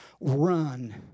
Run